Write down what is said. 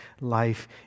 life